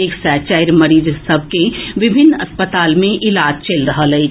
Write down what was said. एक सय चारि मरीज सभ के विभिन्न अस्पताल मे इलाज चलि रहल अछि